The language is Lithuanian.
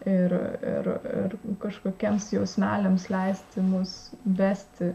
ir ir ir kažkokiems jausmeliams leisti mus vesti